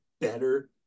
better